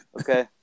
Okay